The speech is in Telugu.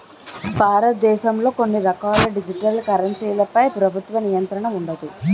భారతదేశంలో కొన్ని రకాల డిజిటల్ కరెన్సీలపై ప్రభుత్వ నియంత్రణ ఉండదు